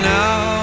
now